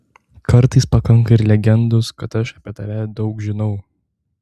kartais pakanka ir legendos kad aš apie tave daug žinau